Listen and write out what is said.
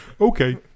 Okay